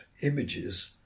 images